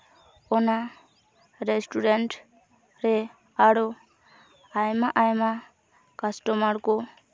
ᱚᱱᱟ ᱨᱮᱥᱴᱩᱨᱮᱱᱴ ᱨᱮ ᱟᱨᱚ ᱟᱭᱢᱟ ᱟᱭᱢᱟ ᱠᱟᱥᱴᱚᱢᱟᱨ ᱠᱚ